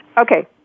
Okay